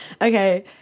okay